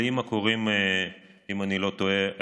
לאימא קוראים אלי, אם אני לא טועה,